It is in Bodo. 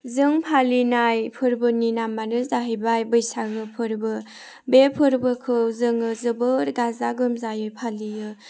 जों फालिनाय फोरबोनि नामआनो जाहैबाय बैसागो फोरबो बे फोरबोखौ जोङो जोबोर गाजा गोमजायै फालियो